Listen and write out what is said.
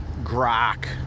grok